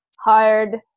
hard